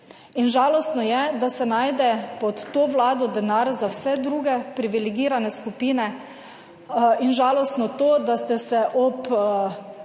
in žalostno je, da se najde pod to Vlado denar za vse druge privilegirane skupine in žalostno to, da ste se ob